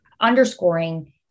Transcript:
underscoring